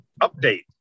update